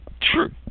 True